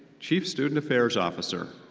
chief student affairs officer.